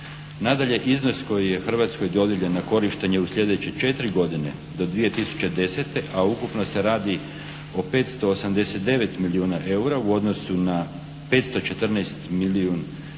Nadalje, iznos koji je Hrvatskoj dodijeljen na korištenje u slijedeće 4 godine do 2010. a ukupno se radi o 589 milijuna eura u odnosu na 514 milijun